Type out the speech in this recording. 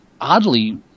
oddly